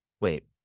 wait